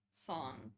song